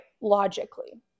Logically